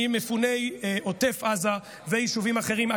ממפוני עוטף עזה ויישובים אחרים.